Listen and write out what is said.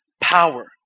power